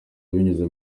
binyuze